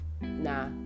Nah